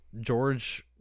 George